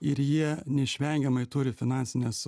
ir jie neišvengiamai turi finansines